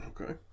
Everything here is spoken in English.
Okay